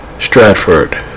Stratford